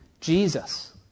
Jesus